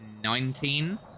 Nineteen